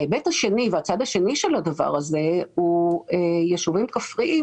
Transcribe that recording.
ההיבט השני והצד השני של הדבר הזה הוא יישובים כפריים